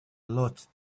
lot